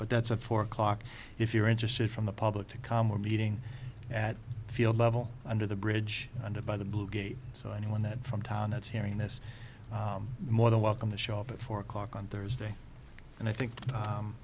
but that's a four o'clock if you're interested from the public to come a meeting at the field level under the bridge under by the blue gave so anyone that from town it's hearing this more than welcome to show up at four o'clock on thursday and i think